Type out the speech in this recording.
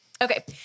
Okay